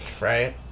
right